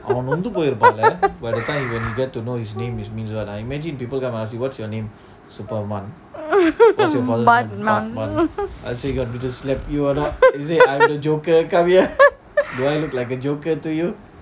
batman